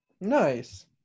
Nice